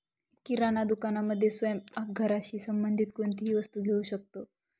किराणा दुकानामध्ये स्वयंपाक घराशी संबंधित कोणतीही वस्तू घेऊ शकतो